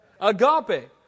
Agape